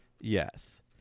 Yes